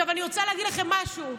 אני רוצה להגיד לכם משהו,